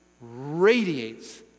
radiates